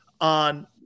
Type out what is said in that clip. on